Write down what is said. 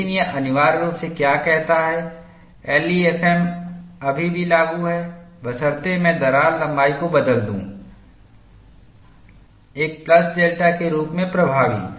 लेकिन यह अनिवार्य रूप से क्या कहता है एलईएफएम अभी भी लागू है बशर्ते मैं दरार लंबाई को बदल दूं एक प्लस डेल्टा के रूप में प्रभावी